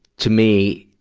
to me,